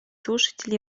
слушатель